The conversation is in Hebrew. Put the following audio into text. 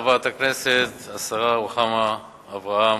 חברת הכנסת השרה רוחמה אברהם,